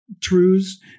truths